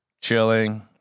chilling